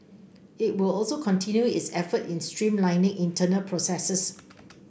it will also continue its efforts in streamlining internal processes